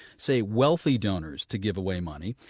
say, wealthy donors to give away money,